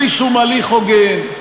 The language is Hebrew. בלי שום הליך הוגן,